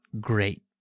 great